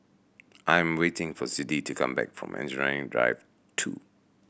I am waiting for Siddie to come back from Engineering Drive Two